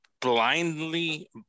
blindly